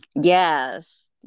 Yes